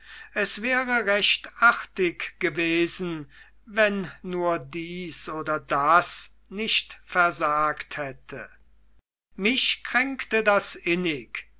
es wäre recht artig gewesen wenn nur dies oder das nicht versagt hätte mich kränkte das innig